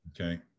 okay